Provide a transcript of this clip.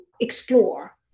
explore